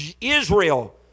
Israel